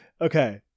Okay